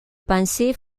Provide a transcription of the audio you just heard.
pensée